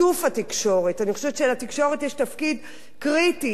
אני חושבת שלתקשורת יש תפקיד קריטי בשיקוף